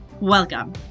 Welcome